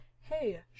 hey